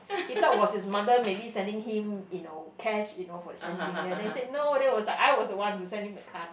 he thought was his mother maybe sending him you know cash you know for Chinese New Year then said no there was I was the one who sent him the card